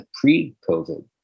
pre-covid